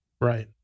Right